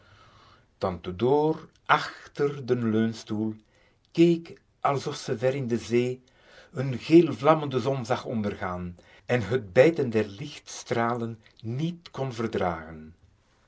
tante door achter den leunstoel keek alsof ze ver in de zee n geelvlammende zon zag ondergaan en het bijten der lichtstralen niet kon verdragen